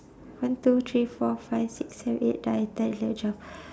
one two three four five six seven eight nine ten eleven twelve